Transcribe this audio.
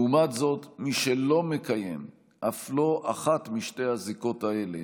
לעומת זאת מי שלא מקיים אף לא אחת משתי הזיקות האלה,